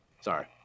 Sorry